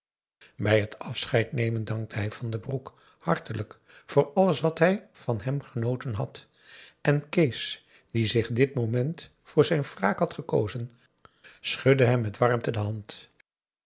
bij het afscheid nemen dankte hij van den broek hartelijk voor alles wat hij van hem genoten had en kees die zich dit moment voor zijn wraak had gekozen schudde hem met warmte de hand